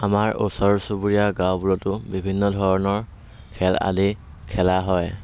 আমাৰ ওচৰ চুবুৰীয়া গাঁওবোৰতো বিভিন্ন ধৰণৰ খেল আদি খেলা হয়